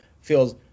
feels